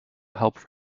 help